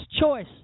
Choice